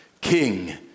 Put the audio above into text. King